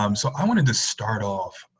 um so i wanted to start off